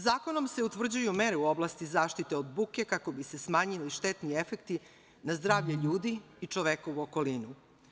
Zakonom se utvrđuju mere u oblasti zaštite od buke kako bi se smanjili štetni efekti na zdravlje ljudi i čovekovu okolinu.